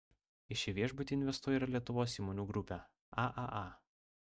į šį viešbutį investuoja ir lietuvos įmonių grupė aaa